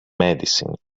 medicine